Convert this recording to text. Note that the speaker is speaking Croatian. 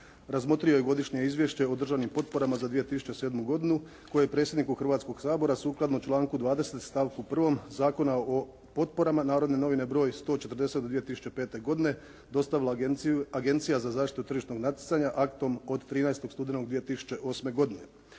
razmotrio je godišnje izvješće o državnim potporama za 2007. godinu koje je predsjedniku Hrvatskog sabora sukladno članku 20. stavku 1. Zakona o potporama, "Narodne novine" broj 140. od 2005. godine dostavila Agencija za zaštitu tržišnog natjecanja aktom od 13. studenog 2008. godine.